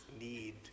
need